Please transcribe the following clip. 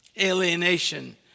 Alienation